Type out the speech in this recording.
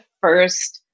first